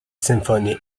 symphony